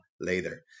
later